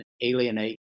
alienate